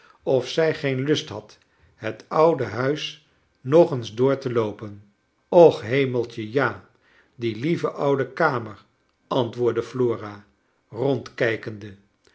of zij geen lust had het oude huis nog eens door te loopen och hemeltje ja die lieve oude kamer antwoordde flora rondkijkende